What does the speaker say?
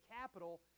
capital